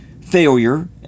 failure